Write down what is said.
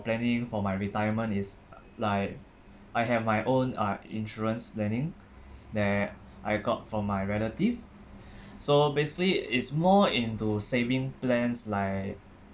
planning for my retirement is uh like I have my own uh insurance planning that I got for my relative so basically it's more into saving plans like